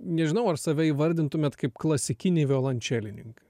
nežinau ar save įvardintumėt kaip klasikinį violončelininką